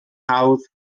hawdd